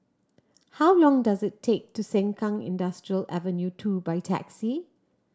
how long does it take to Sengkang Industrial Avenue Two by taxi